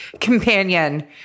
companion